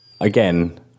Again